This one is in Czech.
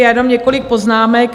Já jenom několik poznámek.